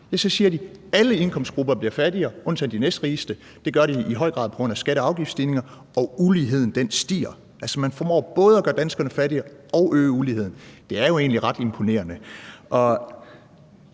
de næstrigeste bliver fattigere, og det gør de i høj grad på grund af skatte- og afgiftsstigninger, og uligheden stiger. Altså, man formår både at gøre danskerne fattigere og øge uligheden. Det er jo egentlig ret imponerende.